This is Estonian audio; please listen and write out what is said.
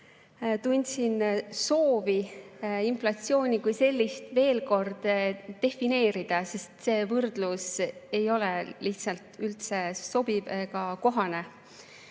tundsin soovi inflatsiooni kui sellist veel kord defineerida, sest see võrdlus ei ole lihtsalt üldse sobiv ega kohane.